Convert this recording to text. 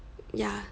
ya